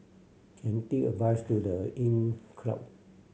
can a bus to The Inncrowd